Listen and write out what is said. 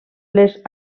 les